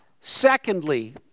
Secondly